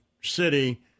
city